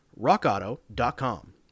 rockauto.com